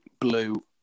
blue